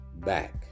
back